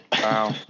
Wow